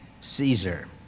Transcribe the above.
Caesar